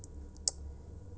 (pop)